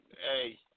hey